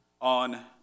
on